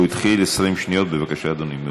הוא התחיל 20 שניות מאוחר.